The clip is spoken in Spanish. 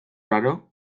raro